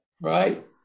Right